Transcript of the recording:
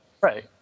right